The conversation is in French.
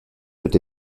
peut